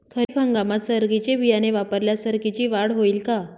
खरीप हंगामात सरकीचे बियाणे वापरल्यास सरकीची वाढ होईल का?